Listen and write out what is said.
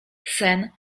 sen